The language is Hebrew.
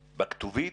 בכתובית,